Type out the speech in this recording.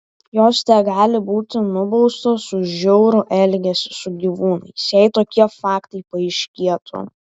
jos tegali būti nubaustos už žiaurų elgesį su gyvūnais jei tokie faktai paaiškėtų